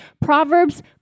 Proverbs